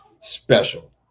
special